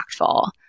impactful